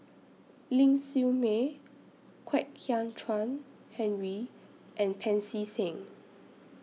Ling Siew May Kwek Hian Chuan Henry and Pancy Seng